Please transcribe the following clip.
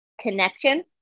connection